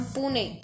Pune